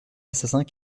assassins